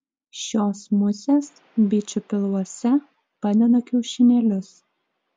šios musės bičių pilvuose padeda kiaušinėlius